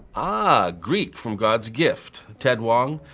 ah, greek, from god's gift. ted wong.